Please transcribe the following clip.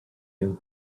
you